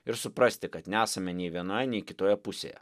ir suprasti kad nesame nei vienoje nei kitoje pusėje